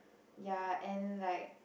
ya and like